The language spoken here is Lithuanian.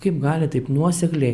kaip gali taip nuosekliai